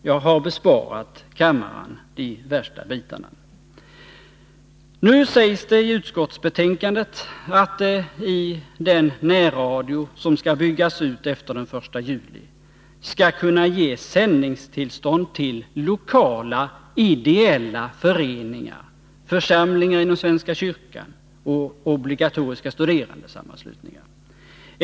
Jag har besparat kammaren de värsta bitarna. Nu sägs det i utskottsbetänkandet att det i den närradio som skall byggas ut efter den 1 juli skall kunna ges sändningstillstånd endast till lokala ideella föreningar, församlingar inom svenska kyrkan och obligatoriska studerandesammanslutningar.